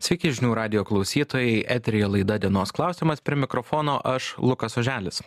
sveiki žinių radijo klausytojai eteryje laida dienos klausimas prie mikrofono aš lukas oželis